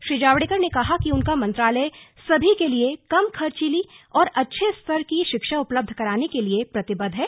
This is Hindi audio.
श्री जावड़ेकर ने कहा कि उनका मंत्रालय सभी के लिए कम खर्चीली और अच्छेऔ स्तदर की शिक्षा उपलब्धं कराने के प्रति वचनबद्ध है